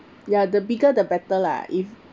ya the bigger the better lah if